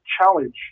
challenge